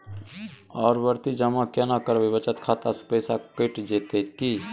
आवर्ति जमा केना करबे बचत खाता से पैसा कैट जेतै की?